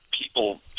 People